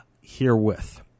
herewith